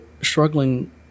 struggling